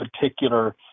particular